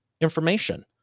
information